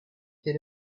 hid